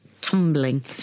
tumbling